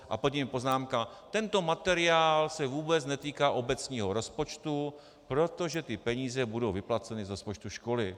A pod tím je poznámka: tento materiál se vůbec netýká ty obecního rozpočtu, protože peníze budou vyplaceny z rozpočtu školy.